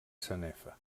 sanefa